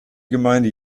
gemeinde